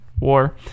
war